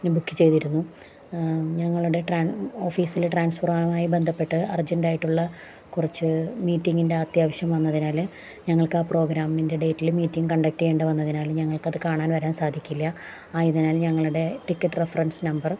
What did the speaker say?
book ചെയ്തിരുന്നു ഞങ്ങളുടെ ട്രാ ഓഫീസില് ട്രാൻസ്ഫോർമായി ബന്ധപ്പെട്ട് അർജൻറ്റായിട്ടുള്ള കൊറച്ച് മീറ്റിങ്ങിൻ്റെ അത്യാവശ്യം വന്നതിനാല് ഞങ്ങൾ ആ പ്രോഗ്രാമിൻ്റെ ഡേറ്റില് മീറ്റിംഗ് കണ്ടക്ട് ചെയ്യേണ്ട വന്നതിനാും ഞങ്ങൾക്കത് കാണാൻ വരാൻ സാധിക്കില്ല ആ ഇതിനാലല് ഞങ്ങളുടെ ടിക്കറ്റ് റെഫറൻസ് നമ്പർ